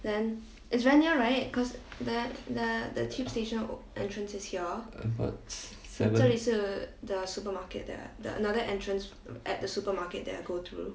ah but seven